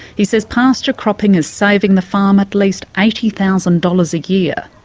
he says pasture cropping is saving the farm at least eighty thousand dollars a year.